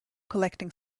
collecting